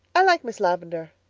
i like miss lavendar,